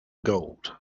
gold